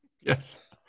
Yes